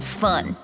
fun